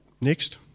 Next